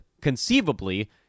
conceivably